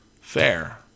Fair